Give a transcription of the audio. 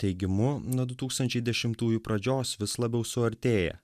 teigimu nuo du tūkstančiai dešimtųjų pradžios vis labiau suartėja